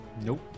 Nope